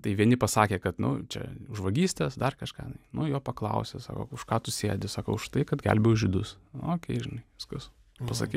tai vieni pasakė kad nu čia už vagystes dar kažką tai nu jo paklausė sako už ką tu sėdi sako už tai kad gelbėjau žydus okei žinai kas pasakei